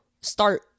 start